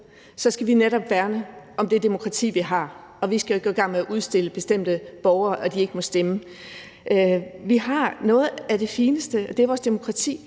skal vi netop værne om det demokrati, vi har, og vi skal ikke gå i gang med at udstille bestemte borgere og sige, at de ikke må stemme. Noget af det fineste, vi har, er vores demokrati,